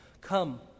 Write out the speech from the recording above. Come